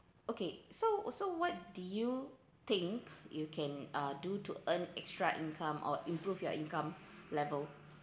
okay so so what do you think you can uh do to earn extra income or improve your income level